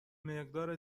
مقدار